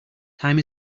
time